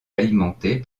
alimentée